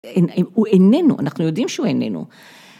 הוא איננו אנחנו יודעים שהוא איננו.